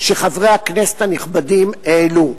שחברי הכנסת הנכבדים העלו.